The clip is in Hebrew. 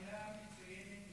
את עשית ישיבה מעולה ומצוינת,